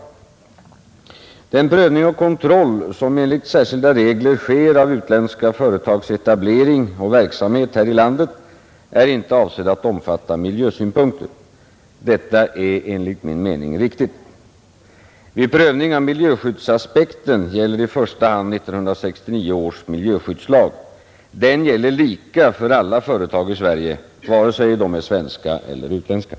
Torsdagen den Den prövning och kontroll som enligt särskilda regler sker av 18 mars 1971 utländska företags etablering och verksamhet här i landet är inte avsedd att omfatta miljösynpunkter. Detta är enligt min mening riktigt. Om beaktande av Vid prövning av miljöskyddsaspekten gäller i första hand 1969 års EG miljöskyddslag. Den gäller lika för alla företag i Sverige, vare sig de är pen da ka svenska eller utländska.